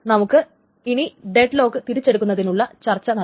നമുക്ക് ഇനി deadlock തിരിച്ചെടുക്കുന്നതിനെക്കുറിച്ചുള്ള ചർച്ച നടത്താം